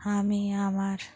আমি আমার